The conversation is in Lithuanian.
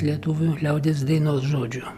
lietuvių liaudies dainos žodžių